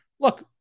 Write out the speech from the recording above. look